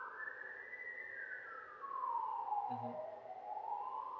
um